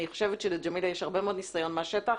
אני חושבת שלג'מילה יש הרבה מאוד ניסיון מהשטח